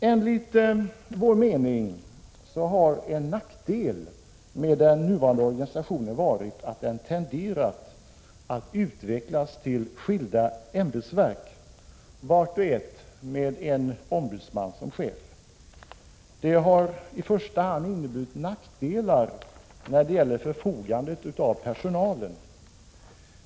Enligt vår mening har en nackdel med den nuvarande organisationen varit att den tenderat att utvecklas till skilda ämbetsverk, vart och ett med en ombudsman som chef. Detta har i första hand inneburit nackdelar när det gäller förfogandet över personalen.